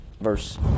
Verse